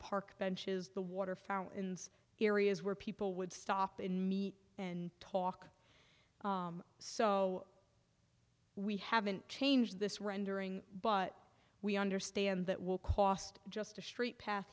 park benches the water fountains areas where people would stop and meet and talk so we haven't changed this rendering but we understand that will cost just a str